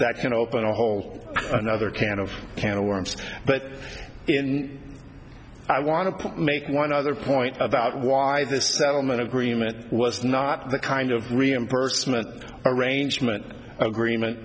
that can open a whole another can of can of worms but in i want to make one other point about why the settlement agreement was not the kind of reimbursement arrangement agreement